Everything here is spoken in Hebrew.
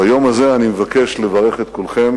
ביום הזה אני מבקש לברך את כולכם